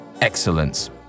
excellence